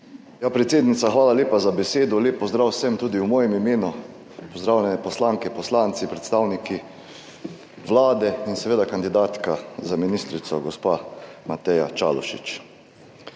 predsednica, hvala lepa za besedo. Lep pozdrav vsem tudi v mojem imenu, pozdravljene poslanke, poslanci, predstavniki Vlade in seveda kandidatka za ministrico, gospa Mateja Čalušić.